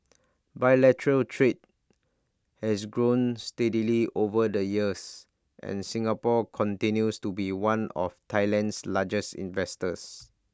bilateral trade has grown steadily over the years and Singapore continues to be one of Thailand's largest investors